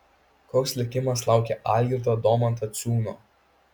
koks likimas laukia algirdo domanto ciūnio